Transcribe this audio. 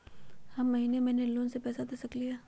हम महिने महिने लोन के पैसा दे सकली ह?